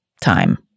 time